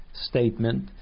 statement